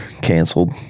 canceled